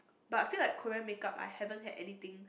but I feel like Korean make up I haven't had anything